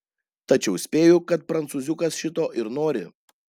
tačiau spėju kad prancūziukas šito ir nori